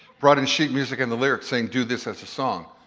brought in sheet music and the lyrics saying, do this as a song.